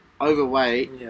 overweight